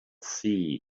sea